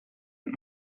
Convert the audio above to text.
and